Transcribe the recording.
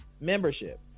Membership